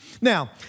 Now